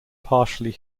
partially